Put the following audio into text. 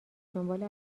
دنبال